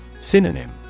Synonym